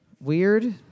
Weird